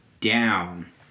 down